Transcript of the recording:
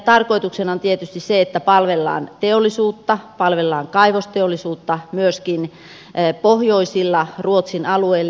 tarkoituksena on tietysti se että palvellaan teollisuutta palvellaan kaivosteollisuutta myöskin pohjoisilla ruotsin alueilla